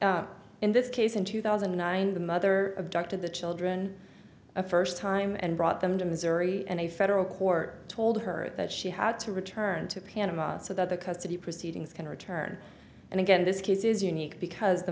art in this case in two thousand and nine the mother abducted the children a first time and brought them to missouri and a federal court told her that she had to return to panama so that the custody proceedings can return and again this case is unique because the